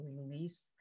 release